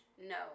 No